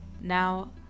Now